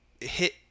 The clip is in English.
hit